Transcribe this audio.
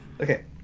Okay